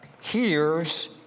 hears